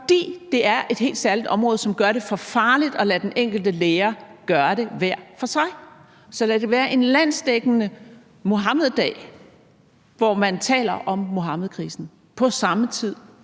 fordi det er et helt særligt område, som gør det for farligt at lade de enkelte lærere gøre det hver for sig. Så lad det være en landsdækkende Muhammeddag, hvor man taler om Muhammedkrisen på samme tid